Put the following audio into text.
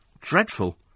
Dreadful